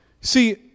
See